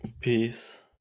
Peace